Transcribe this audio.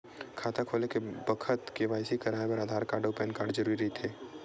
खाता खोले के बखत के.वाइ.सी कराये बर आधार कार्ड अउ पैन कार्ड जरुरी रहिथे